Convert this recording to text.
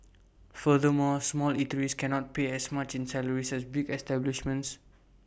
furthermore small eateries cannot pay as much in salaries as bigger establishments